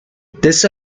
this